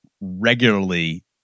regularly